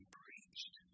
preached